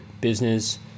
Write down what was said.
business